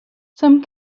some